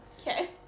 Okay